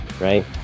right